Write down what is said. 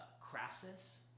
Crassus